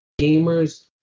gamers